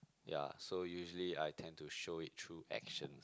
ya so usually I tend to show it through actions